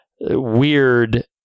weird